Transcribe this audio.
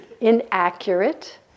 inaccurate